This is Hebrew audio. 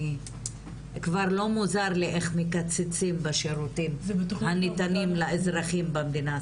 כבר לא מוזר לי איך מקצצים בשירותים הניתנים לאזרחים במדינה.